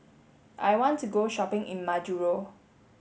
I want to go shopping in Majuro